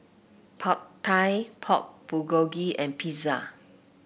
Pad Thai Pork Bulgogi and Pizza